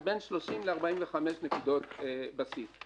זה בין 45-30 נקודות בסיס.